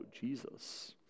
Jesus